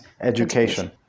education